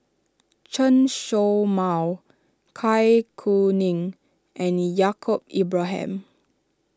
Chen Show Mao Zai Kuning and Yaacob Ibrahim